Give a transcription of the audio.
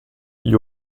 gli